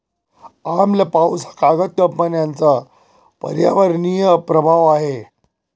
आम्ल पाऊस हा कागद कंपन्यांचा पर्यावरणीय प्रभाव आहे